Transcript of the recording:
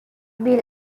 bill